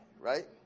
right